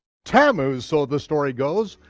tammuz, so the story goes,